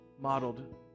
modeled